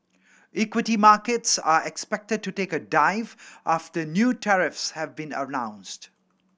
equity markets are expected to take a dive after new tariffs have been announced